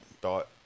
thought